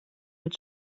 mit